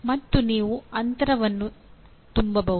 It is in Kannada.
ಮತ್ತು ನೀವು ಅಂತರವನ್ನು ತುಂಬಬಹುದು